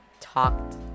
talked